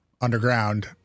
underground